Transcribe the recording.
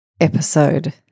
episode